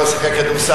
הוא לא שיחק כדורסל,